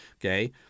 okay